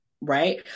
Right